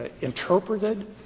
interpreted